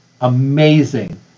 amazing